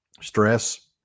stress